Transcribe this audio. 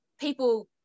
people